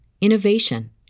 innovation